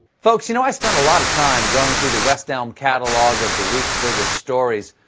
folks, you know i spend a lot of time going through the west elm catalog of the week's biggest stories,